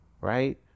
right